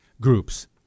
groups